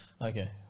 okay